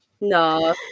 No